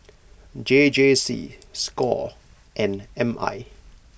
J J C Score and M I